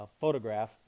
photograph